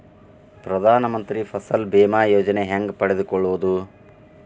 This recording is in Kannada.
ಪ್ರಧಾನ ಮಂತ್ರಿ ಫಸಲ್ ಭೇಮಾ ಯೋಜನೆ ಹೆಂಗೆ ಪಡೆದುಕೊಳ್ಳುವುದು?